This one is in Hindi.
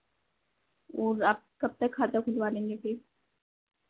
और आप कब तक खाता खुलवा लेंगे फिर